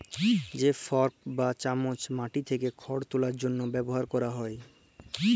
যে ফরক বা চামচ মাটি থ্যাকে খড় তুলার জ্যনহে ব্যাভার ক্যরা হয়